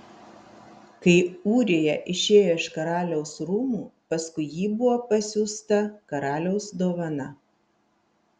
kai ūrija išėjo iš karaliaus rūmų paskui jį buvo pasiųsta karaliaus dovana